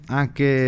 anche